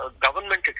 government